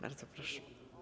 Bardzo proszę.